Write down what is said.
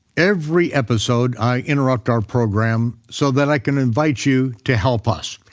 every episode i interrupt our program so that i can invite you to help us.